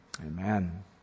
Amen